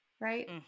right